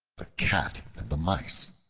the cat and the mice